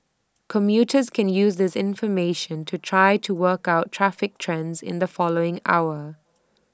commuters can use this information to try to work out traffic trends in the following hour